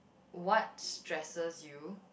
what stresses you